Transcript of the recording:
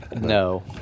No